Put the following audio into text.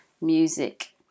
music